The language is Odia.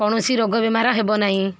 କୌଣସି ରୋଗ ବେମାର ହେବ ନାହିଁ